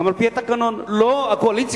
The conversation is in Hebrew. גם על-פי התקנון, ולא הקואליציה.